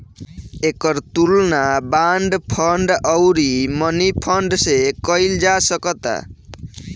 एकर तुलना bond fund अउरी money fund से कईल जा सकता